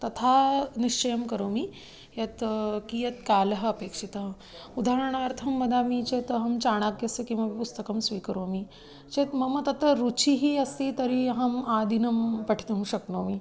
तथा निश्चयं करोमि यत् कियत् कालः अपेक्षितः उदाहरणार्थं वदामि चेत् अहं चाणाक्यस्य किमपि पुस्तकं स्वीकरोमि चेत् मम तत्र रुचिः अस्ति तर्हि अहम् आदिनं पठितुं शक्नोमि